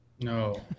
No